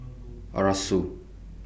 Arasu